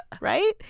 Right